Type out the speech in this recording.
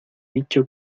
dicho